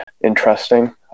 interesting